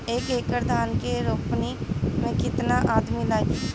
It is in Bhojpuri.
एक एकड़ धान के रोपनी मै कितनी आदमी लगीह?